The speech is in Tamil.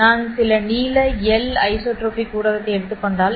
நான் சில நீள எல் ஐசோட்ரோபிக் ஊடகத்தை எடுத்துக் கொண்டால்